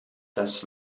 das